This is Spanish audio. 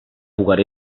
jugar